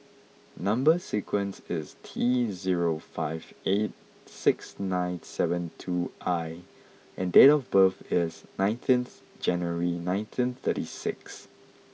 number sequence is T zero five eight six nine seven two I and date of birth is nineteenth January nineteen thirty six